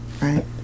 right